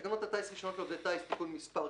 "תקנות הטיס (רישיונות לעובדי טיס)(תיקון מס'...),